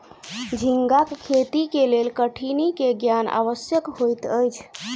झींगाक खेती के लेल कठिनी के ज्ञान आवश्यक होइत अछि